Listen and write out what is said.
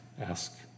ask